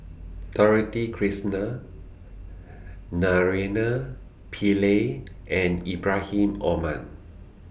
Dorothy Krishnan Naraina Pillai and Ibrahim Omar